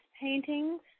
paintings